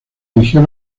dirigió